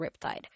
Riptide